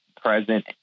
present